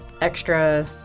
extra